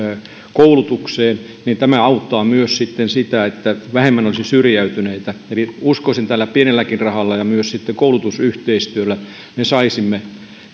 koulutukseen tämä auttaa myös siihen että vähemmän olisi syrjäytyneitä eli uskoisin että tällä pienelläkin rahalla ja myös koulutusyhteistyöllä me saisimme